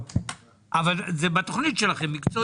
וזה בתוכנית שלכם מקצועית.